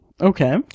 Okay